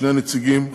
שני נציגים,